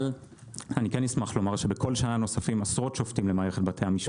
אני כן אשמח לומר שבכל שנה נוספים עשרות שופטים נוספים למערכת המשפט.